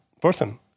person